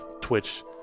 Twitch